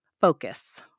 Focus